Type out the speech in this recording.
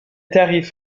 tarifs